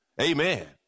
Amen